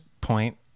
point